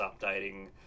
updating